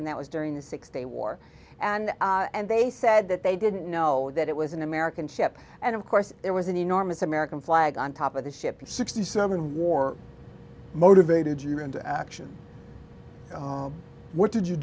and that was during the six day war and and they said that they didn't know that it was an american ship and of course there was an enormous american flag on top of the ship sixty seven war motivated you into action what did you